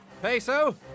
Peso